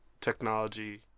technology